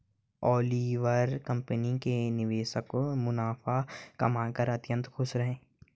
Oliver company के निवेशक मुनाफा कमाकर अत्यंत खुश हैं